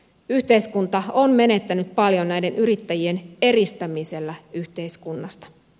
yhteiskunta on menettänyt paljon näiden yrittäjien eristämisellä yhteiskunnasta